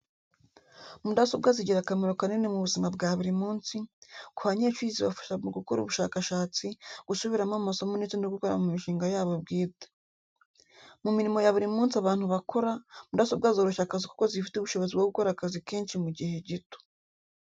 Mudasobwa zigira akamaro kanini mu buzima bwa buri munsi, ku banyeshuri zibafasha mu gukora ubushakashatsi, gusubiramo amasomo ndetse no gukora ku mishinga yabo bwite. Mu mirimo ya buri munsi abantu bakora, mudasobwa zoroshya akazi kuko zifite ubushobozi bwo gukora akazi kenshi mu gihe gito.